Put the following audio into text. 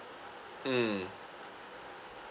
mm